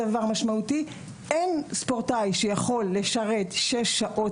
אין ספורטאי שיכול לשרת שש שעות